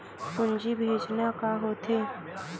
पूंजी भेजना का होथे?